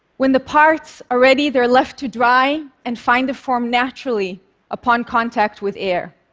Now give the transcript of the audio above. when the parts are ready, they're left to dry and find a form naturally upon contact with air.